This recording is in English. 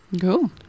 Cool